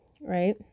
right